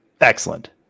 Excellent